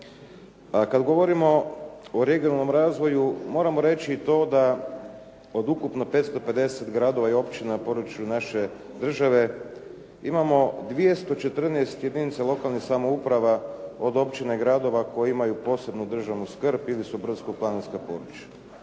kad govorimo o regionalnom razvoju moramo reći i to da od ukupno 550 gradova i općina na području naše države imamo 214 jedinica lokalnih samouprava od općina i gradova koji imaju posebnu državnu skrb ili su brdsko planinska područja.